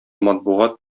матбугат